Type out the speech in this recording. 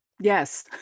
Yes